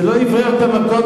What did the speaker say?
זה לא אוורר יותר את המקום.